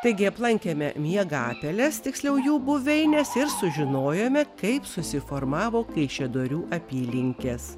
taigi aplankėme miegapeles tiksliau jų buveines ir sužinojome kaip susiformavo kaišiadorių apylinkės